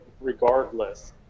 regardless